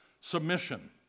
Submission